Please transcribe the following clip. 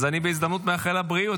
אז אני בהזדמנות מאחל לה בריאות.